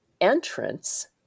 entrance